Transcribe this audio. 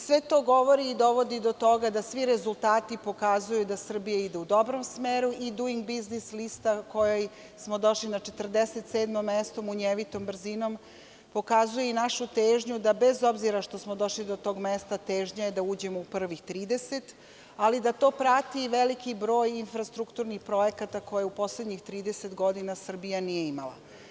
Sve to govori i dovodi do toga da svi rezultati pokazuju da Srbija ide u dobrom smeru i Duing biznis lista na kojoj smo došli na 47. mesto, munjevitom brzinom, pokazuje i našu težnju da bez obzira što smo došli do tog mesta, težnja je da uđemo u prvih 30, ali da to prati veliki broj infrastrukturnih projekata kojih u poslednjih 30 godina Srbija nije imala.